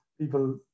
people